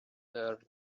there